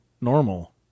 normal